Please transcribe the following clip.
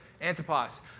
Antipas